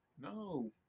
No